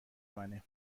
منه